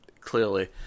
clearly